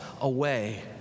away